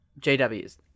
JWs